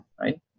right